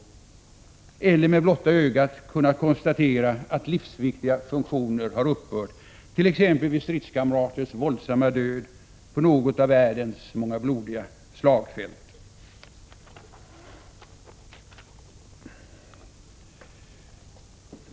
Man har med blotta ögat kunnat konstatera att livsviktiga funktioner har upphört, t.ex. vid stridskamraters våldsamma död på något av världens många blodiga slagfält.